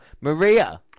Maria